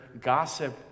gossip